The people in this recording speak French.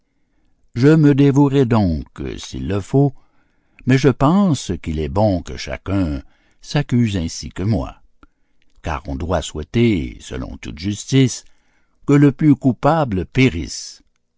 je me dévouerai donc s'il le faut mais je pense qu'il est bon que chacun s'accuse ainsi que moi car on doit souhaiter selon toute justice que le plus coupable périsse